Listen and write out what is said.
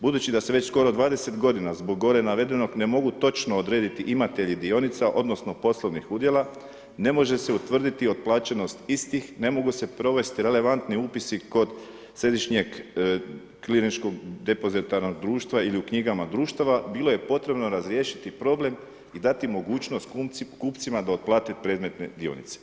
Budući da se već 20 godina zbog gore navedenog ne mogu točno odrediti imatelji dionica, odnosno poslovnih udjela, ne može se utvrditi otplaćenost istih, ne mogu se provesti relevantni upisi kod središnjeg kliničkog depozitarnog društva ili u knjigama društava, bilo je potrebno razriješiti problem i dati mogućnost kupcima da otplate predmetne dionice.